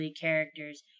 characters